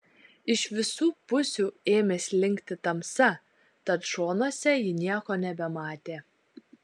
iš visų pusių ėmė slinkti tamsa tad šonuose ji nieko nebematė